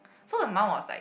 so her mum was like